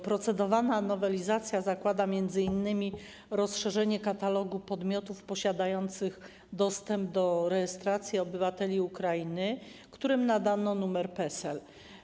Procedowana nowelizacja zakłada m.in. rozszerzenie katalogu podmiotów posiadających dostęp do rejestracji obywateli Ukrainy, którym nadano numer PESEL.